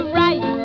right